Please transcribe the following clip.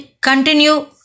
continue